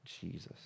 Jesus